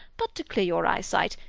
but to clear your eye-sight,